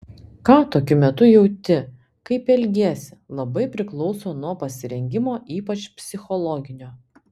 ką tokiu metu jauti kaip elgiesi labai priklauso nuo pasirengimo ypač psichologinio